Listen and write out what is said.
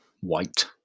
white